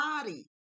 body